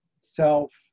self